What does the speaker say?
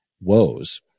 woes